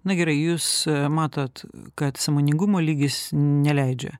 na gerai jūs matot kad sąmoningumo lygis neleidžia